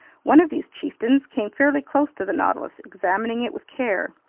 one of these chieftains came fairly close to the nautilus, examining it with care.